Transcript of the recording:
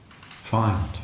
find